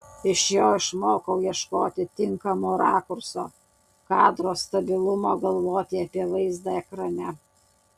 iš jo išmokau ieškoti tinkamo rakurso kadro stabilumo galvoti apie vaizdą ekrane